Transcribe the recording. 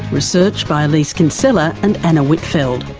research by elise kinsella and anna whitfeld.